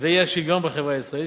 והאי-שוויון בחברה הישראלית,